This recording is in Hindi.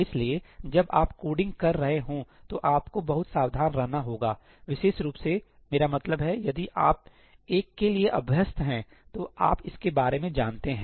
इसलिए जब आप कोडिंग कर रहे हों तो आपको बहुत सावधान रहना होगा विशेष रूप से मेरा मतलब है यदि आप एक के लिए अभ्यस्त हैं तो आप इसके बारे में जानते हैं